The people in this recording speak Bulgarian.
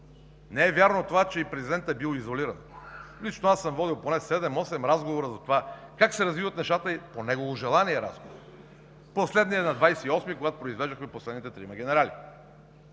Не е вярно това, че и президентът бил изолиран. Лично аз съм водил поне седем-осем разговора за това как се развиват нещата, разговори по негово желание. Последният е на 28-ми, когато произвеждахме последните трима генерали.